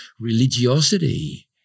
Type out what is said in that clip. religiosity